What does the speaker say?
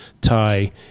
Thai